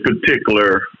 particular